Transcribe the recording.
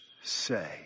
say